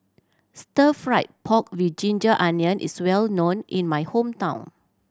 stir fried pork with ginger onion is well known in my hometown